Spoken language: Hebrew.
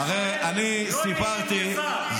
לא מתאים לשר להתבטא כך.